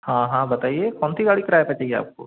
हाँ हाँ बताइए कौन सी गाड़ी किराए पर चाहिए आपको